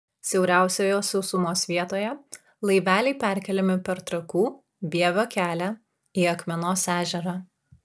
siauriausioje sausumos vietoje laiveliai perkeliami per trakų vievio kelią į akmenos ežerą